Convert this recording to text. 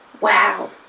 Wow